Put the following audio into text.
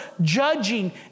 judging